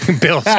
Bill